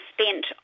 spent